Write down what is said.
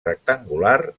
rectangular